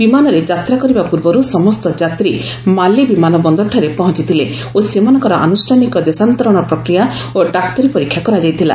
ବିମାନରେ ଯାତ୍ରା କରିବା ପ୍ରର୍ବରୁ ସମସ୍ତ ଯାତ୍ରୀ ମାଲେ ବିମାନ ବନ୍ଦରଠାରେ ପହଞ୍ଚିଥିଲେ ଓ ସେମାନଙ୍କର ଆନୁଷ୍ଠାନିକ ଦେଶାନ୍ତରଣ ପ୍ରକ୍ରିୟା ଓ ଡାକ୍ତରୀ ପରୀକ୍ଷା କରାଯାଇଥିଲା